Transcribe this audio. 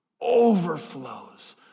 overflows